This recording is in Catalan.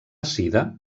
sida